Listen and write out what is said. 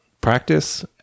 practice